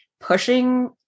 pushing